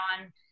on